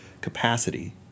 capacity